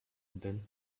then